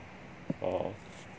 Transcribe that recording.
oh